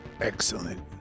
excellent